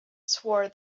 swore